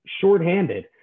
shorthanded